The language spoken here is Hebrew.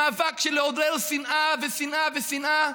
במאבק של לעורר שנאה ושנאה ושנאה,